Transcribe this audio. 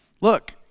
look